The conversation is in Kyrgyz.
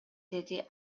деди